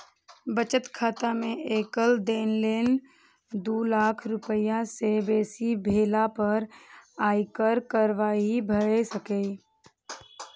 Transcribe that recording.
बचत खाता मे एकल लेनदेन दू लाख रुपैया सं बेसी भेला पर आयकर कार्रवाई भए सकैए